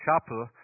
chapel